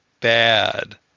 bad